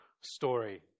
story